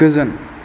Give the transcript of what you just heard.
गोजोन